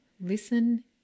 listen